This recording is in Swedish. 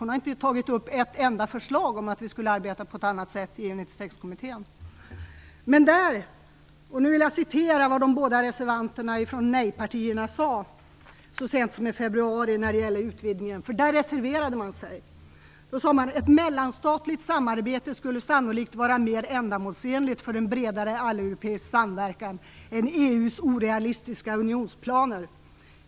Hon har inte tagit upp ett enda förslag om att vi skulle arbeta på ett annat sätt i EU 96 Jag vill citera vad de båda reservanterna från nejpartierna sade så sent som i februari när det gällde utvidgningen: "Ett mellanstatligt samarbete skulle sannolikt vara mer ändamålsenligt för en bredare alleuropeisk samverkan än EU:s orealistiska unionsplaner.